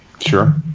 Sure